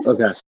Okay